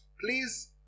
please